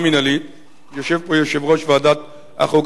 ויושב פה יושב-ראש ועדת החוקה,